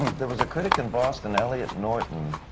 there was a critic in boston, elliot norton,